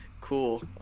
cool